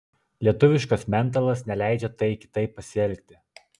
lietuviškas mentalas neleidžia tai kitaip pasielgti